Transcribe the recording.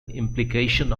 implication